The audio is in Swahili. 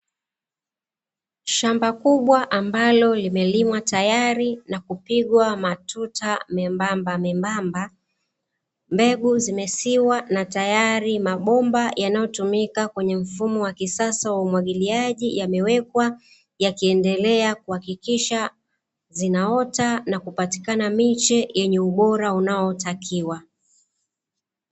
Shamba kubwa ambalo limelimwa tayari na kupigwa matuta membamemba, mbegu zimesiwa na tayari mabomba yanayotumika kwenye mfumo wa kiasasa wa umwagiliaji yamewekwa, yakiendelea kuhakikisha zinaota na kupatikana miche yenye ubora unaotakiwa.